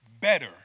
better